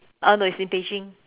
uh no it's in Beijing